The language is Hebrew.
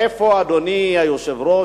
אדוני היושב-ראש,